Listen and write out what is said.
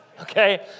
Okay